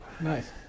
Nice